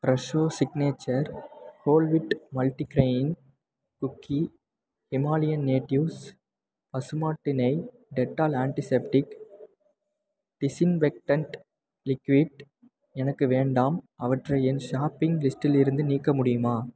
Fresho signature whole wheat multigrain cookie Himalayan natives பசுமாட்டு நெய் Dettol antiseptic disinfectant liquid எனக்கு வேண்டாம் அவற்றை என் ஷாப்பிங் லிஸ்ட்டிலிருந்து நீக்க முடியுமா